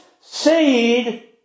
seed